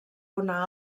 una